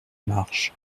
marges